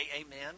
amen